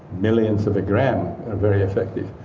millionths of a gram are very effective.